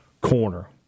Corner